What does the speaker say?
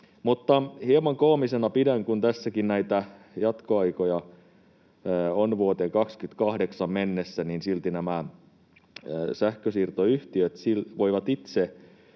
hieman koomisena pidän, että kun tässäkin näitä jatkoaikoja on vuoteen 28 mennessä, niin silti nämä sähkönsiirtoyhtiöt voivat itse